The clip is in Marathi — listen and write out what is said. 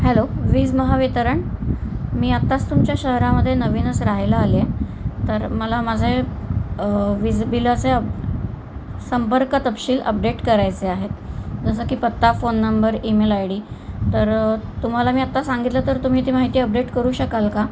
हॅलो वीज महावितरण मी आत्ताच तुमच्या शहरामध्ये नवीनच राह्यला आले आहे तर मला माझे वीज बिलाचे अप संपर्क तपशील अपडेट करायचे आहेत जसं की पत्ता phone number email I D तर तुम्हाला मी आत्ता सांगितलं तर तुम्ही ती माहिती अपडेट करू शकाल का